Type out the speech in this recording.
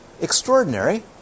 extraordinary